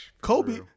Kobe